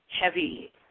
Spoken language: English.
heavy